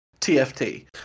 TFT